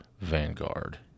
Vanguard